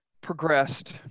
progressed